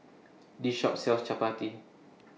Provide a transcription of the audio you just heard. This Shop sells Chappati